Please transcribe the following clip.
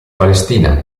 palestina